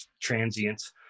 transients